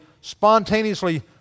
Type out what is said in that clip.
spontaneously